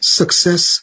success